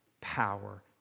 power